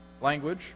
language